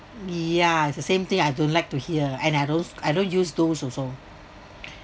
yeah it's the same thing I don't like to hear and I don't I don't use those also